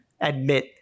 admit